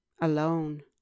alone